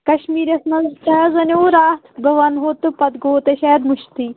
کَشمیٖرِیَس منٛز تۄہہِ حظ وَنٮ۪وٕ راتھ بہٕ وَنہو تہٕ پَتہٕ گوٚوٕ تۄہہِ شاید مٔشتھٕے